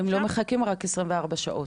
הם לא מחכים רק 24 שעות.